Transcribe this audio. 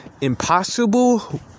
impossible